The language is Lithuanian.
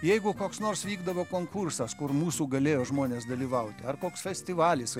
jeigu koks nors vykdavo konkursas kur mūsų galėjo žmones dalyvauti ar koks festivalis